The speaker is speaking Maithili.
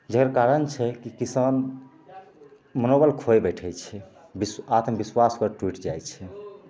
जकर कारण छै कि किसान मनोबल खोइ बैठै छै विश आत्मविश्वास ओकर टुटि जाइ छै